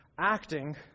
acting